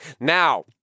Now